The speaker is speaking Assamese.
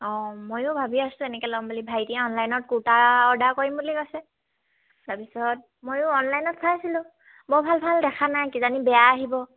অঁ ময়ো ভাবি আছোঁ এনেকৈ ল'ম বুলি ভাইটিয়ে অনলাইনত কুৰ্টা অৰ্ডাৰ কৰিম বুলি কৈছে তাৰপিছত ময়ো অনলাইনত চাইছিলোঁ বৰ ভাল ভাল দেখা নাই কিজানি বেয়া আহিব